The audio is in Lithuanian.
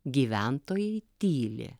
gyventojai tyli